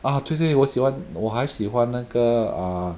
ah 对对我喜欢我还喜欢那个 ah